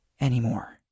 anymore